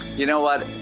you know what?